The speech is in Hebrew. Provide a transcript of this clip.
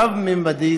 רב-ממדית,